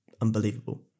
unbelievable